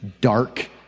dark